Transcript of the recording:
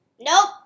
Nope